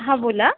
हा बोला